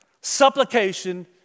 supplication